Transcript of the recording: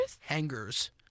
hangers